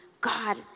God